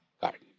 garden